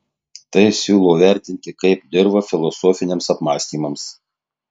tai siūlau vertinti kaip dirvą filosofiniams apmąstymams